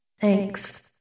Thanks